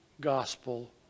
gospel